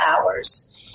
hours